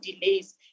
delays